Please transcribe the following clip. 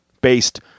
based